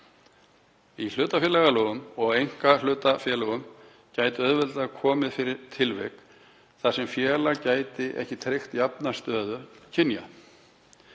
Í hlutafélögum og einkahlutafélögum gætu auðveldlega komið fyrir tilvik þar sem félag gæti ekki tryggt jafna stöðu kynja.